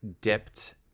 dipped